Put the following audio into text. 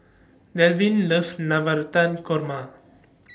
Delvin loves Navratan Korma